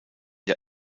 der